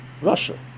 Russia